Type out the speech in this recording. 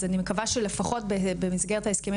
אז אני מקווה שלפחות במסגרת ההסכמים